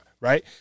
right